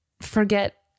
forget